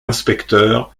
inspecteurs